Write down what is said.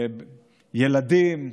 ילדים,